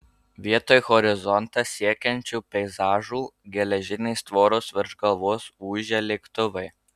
vietoj horizontą siekiančių peizažų geležinės tvoros virš galvos ūžia lėktuvai